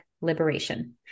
liberation